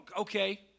Okay